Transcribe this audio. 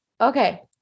okay